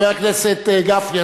חבר הכנסת גפני,